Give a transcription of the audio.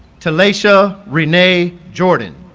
telasha renee jordan